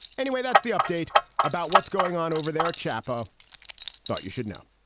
anyway, that's the update about what's going on over there. chapo thought you should know